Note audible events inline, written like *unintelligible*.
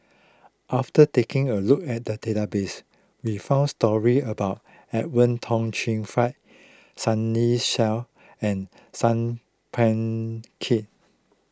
after taking a look at the database we found stories about Edwin Tong Chun Fai Sunny Sia and Sat Pal *unintelligible*